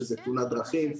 שזה תאונת דרכים,